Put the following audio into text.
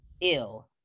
ill